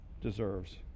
deserves